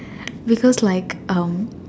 because like um